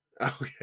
Okay